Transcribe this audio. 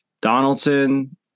Donaldson